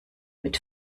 mit